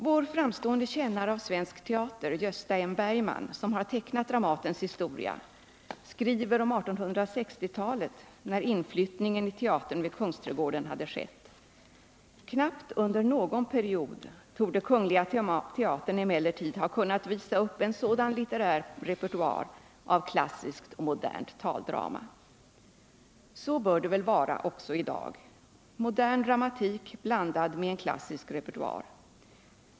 Vår framstående kännare av svensk teater Gösta M. Bergman, som har tecknat Dramatens historia, skriver om 1860-talet, när inflyttningen i teatern vid Kungsträdgården hade skett: ”Knappt under någon period torde Kungl. Teatern emellertid ha kunnat visa upp en sådan litterär repertoar av klassiskt och modernt taldrama.” Så bör det väl vara också i dag: modern dramatik, blandad med en klassisk repertoar.